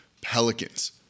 Pelicans